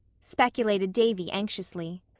speculated davy anxiously.